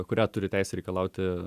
kurią turi teisę reikalauti